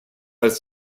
als